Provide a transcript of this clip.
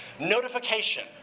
notification